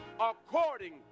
according